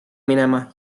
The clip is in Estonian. minema